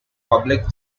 public